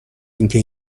اینکه